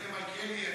מלכיאלי,